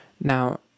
Now